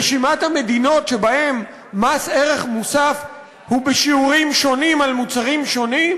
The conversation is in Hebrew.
רשימת המדינות שבהן מס ערך מוסף הוא בשיעורים שונים על מוצרים שונים